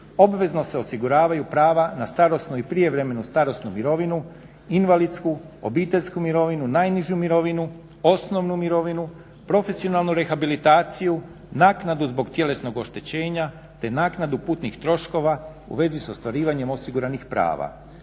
obvezno se osiguravaju prava na starosnu i prijevremenu starosnu mirovinu, invalidsku, obiteljsku mirovinu, najnižu mirovinu, osnovnu mirovinu, profesionalnu rehabilitaciju, naknadu zbog tjelesnog oštećenja te naknadu putnih troškova u vezi s ostvarivanjem osiguranih prava